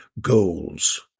goals